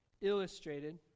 illustrated